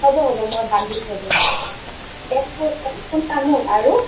হ'ব হ'ব মই বান্ধি থৈ দিম আপোনা এক পোণ এক পোণ তামোল আৰু